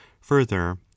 further